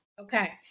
okay